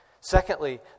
Secondly